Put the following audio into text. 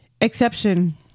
exception